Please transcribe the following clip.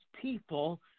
people